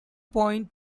point